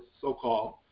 so-called